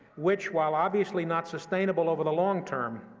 which, while obviously not sustainable over the long term,